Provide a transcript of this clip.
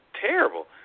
terrible